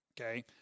Okay